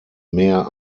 mehr